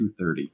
230